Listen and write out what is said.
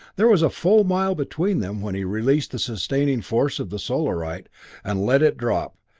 there was a full mile between them when he released the sustaining force of the solarite and let it drop,